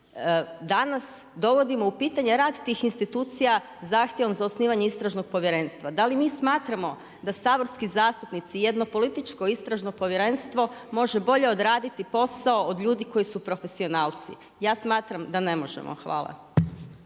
Danas dovodimo u pitanje rad tih institucija zahtjevom za osnivanjem istražnog povjerenstva. Da li mi smatramo da saborski zastupnici jedno političko istražno povjerenstvo može bolje odraditi posao od ljudi koji su profesionalci? Ja smatram da ne možemo. Hvala.